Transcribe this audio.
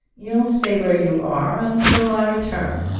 you'll stay where you are until i return.